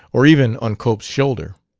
or even on cope's shoulder.